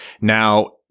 Now